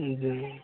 जी